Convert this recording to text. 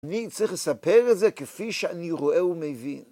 אני צריך לספר את זה כפי שאני רואה ומבין.